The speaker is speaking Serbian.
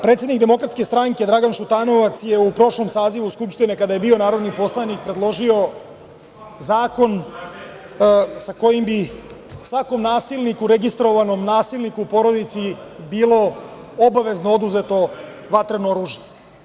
Predsednik DS Dragan Šutanovac je u prošlom sazivu Skupštine kada je bio narodi poslanik, predložio zakon sa kojim bi svakom nasilniku registrovanom, nasilniku u porodici, bilo obavezno oduzeto vatreno oružje.